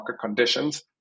conditions